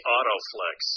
Autoflex